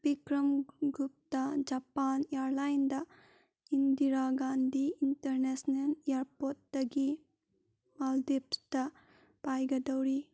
Bikram Gupta Japan ꯏꯌꯔꯂꯥꯏꯟꯗ Indira Gandhi international ꯏꯌꯥꯔꯄꯣꯔꯠꯇꯒꯤ ꯃꯥꯜꯗꯤꯞꯁꯇ ꯄꯥꯏꯒꯗꯧꯔꯤ